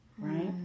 right